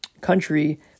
country